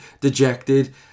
dejected